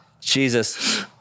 Jesus